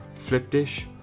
Flipdish